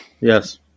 Yes